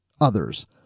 others